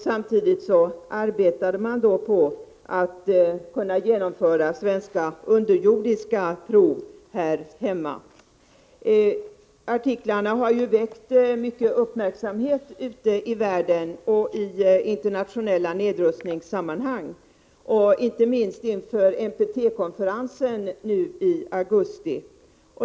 Samtidigt arbetade man då på att kunna genomföra underjordiska prov här i Sverige. Artiklarna har väckt mycken uppmärksamhet ute i världen och i internationella nedrustningssammanhang, inte minst inför NTP-konferensen nu i augusti.